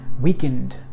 weakened